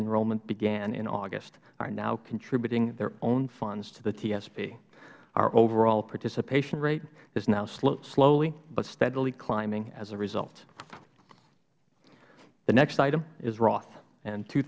enrollment began in august are now contributing their own funds to the tsp our overall participation rate is now slowly but steadily climbing as a result the next item is roth and two